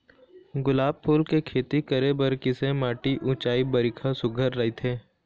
गुलाब फूल के खेती करे बर किसे माटी ऊंचाई बारिखा सुघ्घर राइथे?